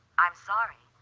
i'm sorry.